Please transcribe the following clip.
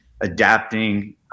adapting